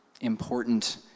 important